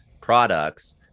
products